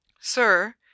Sir